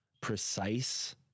precise